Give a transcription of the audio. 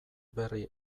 berri